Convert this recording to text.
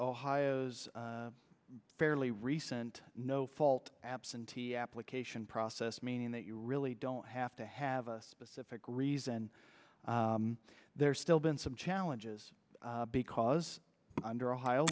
ohio's fairly recent no fault absentee application process meaning that you really don't have to have a specific reason there still been some challenges because under ohio